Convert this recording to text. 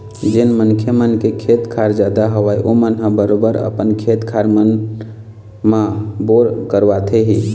जेन मनखे मन के खेत खार जादा हवय ओमन ह बरोबर अपन खेत खार मन म बोर करवाथे ही